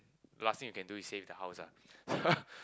last thing you can do is save the house ah